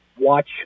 watch